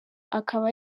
akaba